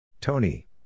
Tony